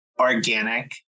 organic